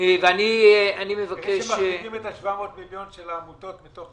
אם מחריגים את ה-700 מיליון שקל של העמותות מתוך